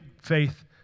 faith